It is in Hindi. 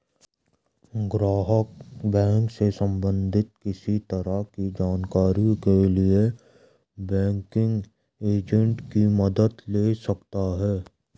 ग्राहक बैंक से सबंधित किसी तरह की जानकारी के लिए बैंकिंग एजेंट की मदद ले सकता है